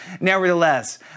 nevertheless